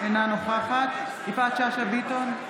אינה נוכחת יפעת שאשא ביטון,